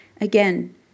Again